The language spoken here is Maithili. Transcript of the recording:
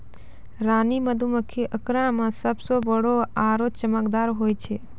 रानी मधुमक्खी आकार मॅ सबसॅ बड़ो आरो चमकदार होय छै